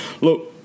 look